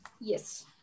Yes